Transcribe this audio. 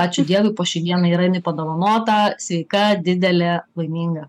ačiū dievui po šiai dienai yra jinai padovanota sveika didelė laiminga